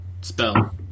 spell